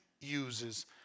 uses